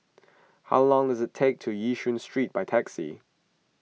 how long does it take to Yishun Street by taxi